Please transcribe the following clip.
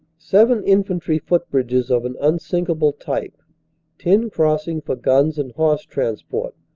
seven infantry footbridges of an unsinkable type ten crossings for guns and horse transport,